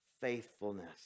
faithfulness